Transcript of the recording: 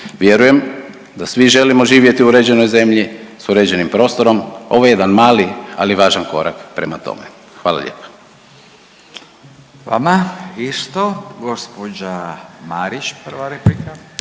Vjerujem da svi želimo živjeti u uređenoj zemlji s uređenim prostorom. Ovo je jedan mali ali važan korak prema tome. Hvala lijepa. **Radin, Furio (Nezavisni)** I vama